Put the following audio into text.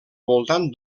voltant